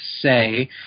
say